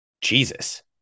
Jesus